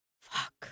fuck